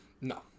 No